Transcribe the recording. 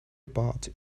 about